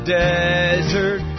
desert